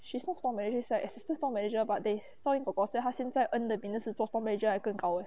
she not store manager is like assistant store manager but they zhao yan kor kor say 他现在 earn 的比那时做 store manager 还更高 eh